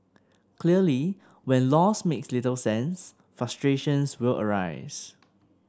clearly when laws make little sense frustrations will arise